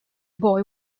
boy